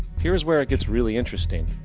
here is where it gets really interesting.